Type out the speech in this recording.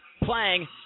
playing